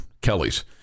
Kelly's